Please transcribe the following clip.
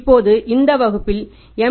இப்போது இந்த வகுப்பில் M